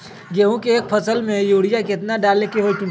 गेंहू के एक फसल में यूरिया केतना डाले के होई?